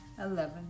Eleven